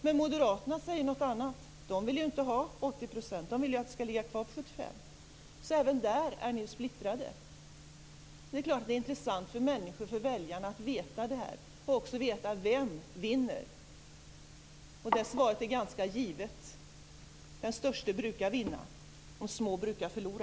Men Moderaterna säger något annat; de vill inte ha 80 % utan vill att 75 % skall ligga kvar. Även där är ni splittrade. Det är klart att det är intressant för väljarna att veta detta och veta vem som vinner. Det svaret är ganska givet: De största brukar vinna, och de små brukar förlora.